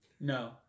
No